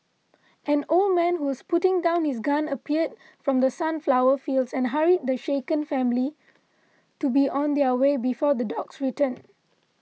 an old man who was putting down his gun appeared from the sunflower fields and hurried the shaken family to be on their way before the dogs return